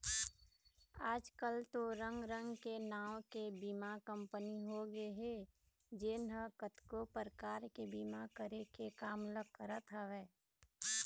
आजकल तो रंग रंग के नांव के बीमा कंपनी होगे हे जेन ह कतको परकार के बीमा करे के काम ल करत हवय